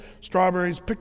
strawberries